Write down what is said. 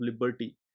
Liberty